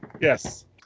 yes